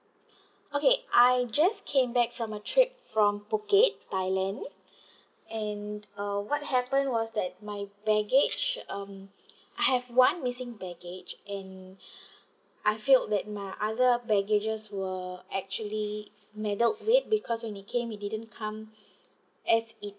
okay I just came back from a trip from phuket thailand and uh what happen was that my baggage um I have one missing baggage and I feel that my other baggages were actually meddled with because when it came it didn't come as it